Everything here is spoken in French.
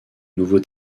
nouveau